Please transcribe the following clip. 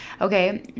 Okay